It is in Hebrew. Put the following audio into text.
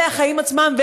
אלה החיים עצמם,